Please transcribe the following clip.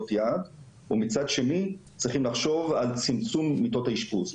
יעד ומצד שני צריכים לחשוב על צמצום מיטות האשפוז.